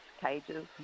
cages